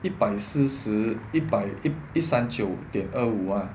一百四十一百一一三九点二五啊